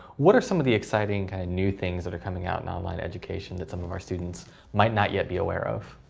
what are some of the exciting kind of new things that are coming out in online education that some of our students might not yet be aware of?